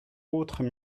autres